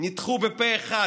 נדחו פה אחד,